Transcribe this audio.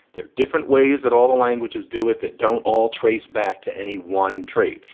there are different ways that all the languages do it that don't all trace back to any one trait.